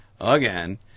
Again